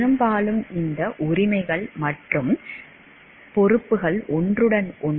பெரும்பாலும் இந்த உரிமைகள் மற்றும் பொறுப்புகள் ஒன்றுடன் ஒன்று